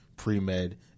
pre-med